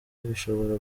bishobora